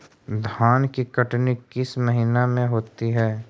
धान की कटनी किस महीने में होती है?